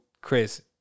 Chris